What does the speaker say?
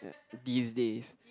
these days